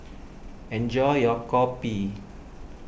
enjoy your Kopi